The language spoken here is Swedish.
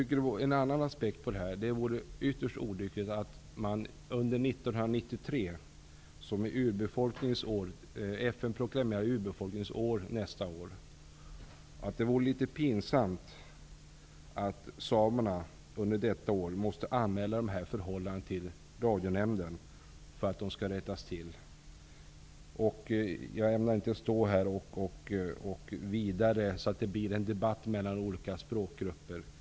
En annan aspekt på detta är att det vore ytterst olyckligt om samerna under 1993 måste anmäla dessa förhållanden till Radionämnden för att de skall rättas till. FN proklamerar ju 1993 som urbefolkningens år. Jag ämnar inte stå här och ta upp detta vidare, så att det blir en debatt mellan olika språkgrupper.